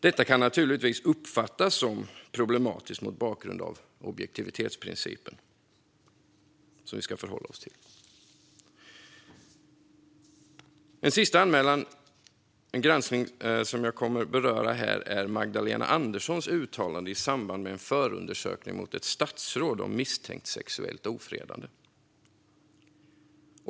Detta kan naturligtvis uppfattas som problematiskt mot bakgrund av objektivitetsprincipen, som vi ska förhålla oss till. Det sista granskningsärende som jag kommer att beröra här gäller Magdalena Anderssons uttalande i samband med en förundersökning mot ett statsråd om misstänkt sexuellt ofredande.